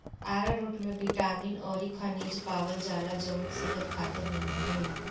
आरारोट में बिटामिन अउरी खनिज पावल जाला जवन सेहत खातिर निमन होला